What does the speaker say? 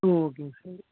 ஆ ஓகேங்க சார்